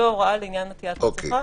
זו ההוראה לעניין עטית מסיכה.